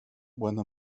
buena